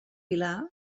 vilar